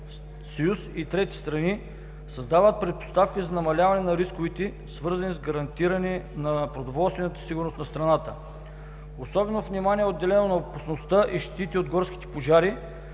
или трети страни, създават предпоставки за намаляване на рисковете, свързани с гарантиране на продоволствената сигурност на страната. Особено внимание е отделено на опасността и щетите от горските пожари,